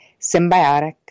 symbiotic